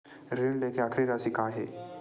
ऋण लेके आखिरी राशि का हे?